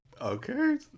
Okay